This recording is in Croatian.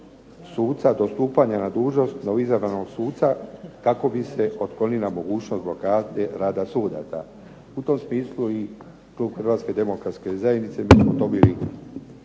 suca do stupanja na dužnost kao izabranog suca kako bi se otklonila mogućnost blokade rada sudaca. U tom smislu i klub Hrvatske demokratske zajednice mi smo dobili